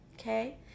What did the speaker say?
Okay